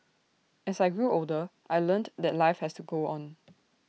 as I grew older I learnt that life has to go on